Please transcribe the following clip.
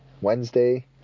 Wednesday